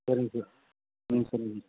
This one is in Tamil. சரிங்க சார் ம் சரிங்க